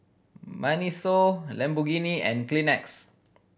MINISO Lamborghini and Kleenex